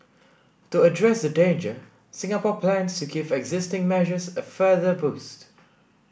to address the danger Singapore plans to give existing measures a further boost